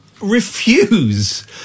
refuse